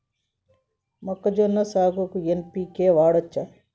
మొక్కజొన్న సాగుకు ఎన్.పి.కే వాడచ్చా?